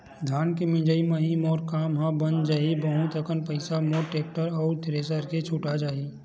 धान के मिंजई म ही मोर काम ह बन जाही बहुत कन पईसा मोर टेक्टर अउ थेरेसर के छुटा जाही